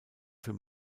für